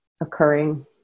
occurring